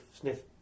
sniff